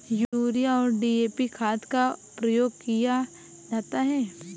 urea और D A P खाद का प्रयोग किया जाता है